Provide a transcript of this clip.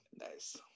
nice